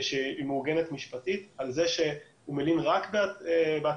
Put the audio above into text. שמעוגנת משפטית, על זה שהוא מלין רק בדירות